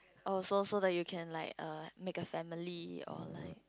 oh so so that you can like err make a family or like